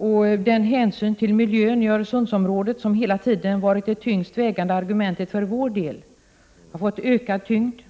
Det är hänsynen till miljön i Öresundsområdet som hela tiden varit det tyngst vägande argumentet för vår del, och det har fått ökad tyngd,